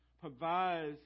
provides